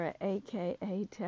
aka